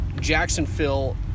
Jacksonville